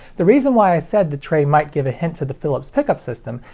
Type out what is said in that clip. the reason why i said the tray might give a hint to the philips pickup system,